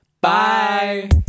Bye